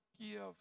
give